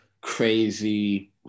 crazy